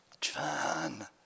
John